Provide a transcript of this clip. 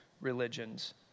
religions